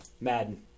Madden